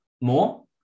more